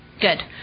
Good